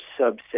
subset